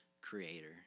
creator